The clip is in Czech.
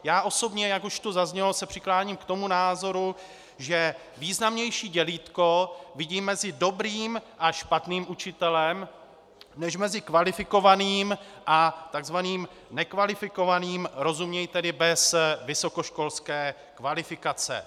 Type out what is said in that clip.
Já osobně, jak už to zaznělo, se přikláním k názoru, že významnější dělítko vidím mezi dobrým a špatným učitelem než mezi kvalifikovaným a tzv. nekvalifikovaným, rozuměj tedy bez vysokoškolské kvalifikace.